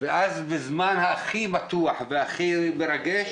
ואז בזמן הכי מתוח והכי מרגש